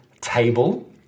table